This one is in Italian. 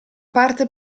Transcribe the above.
parte